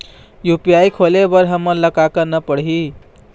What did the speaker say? UPI खोले बर हमन ला का का करना पड़ही?